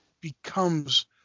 becomes